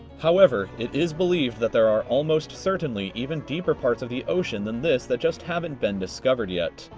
however, it is believed that there are almost certainly even deeper parts of the ocean than this that just haven't been discovered yet.